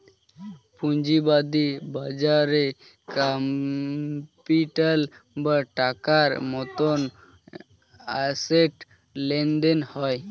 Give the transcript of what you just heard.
পুঁজিবাদী বাজারে ক্যাপিটাল বা টাকার মতন অ্যাসেট লেনদেন হয়